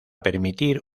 permitir